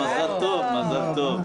מזל טוב, מזל טוב.